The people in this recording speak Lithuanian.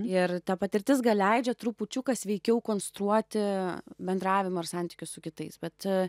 ir ta patirtis gal leidžia trupučiuką sveikiau konstruoti bendravimą ir santykius su kitais bet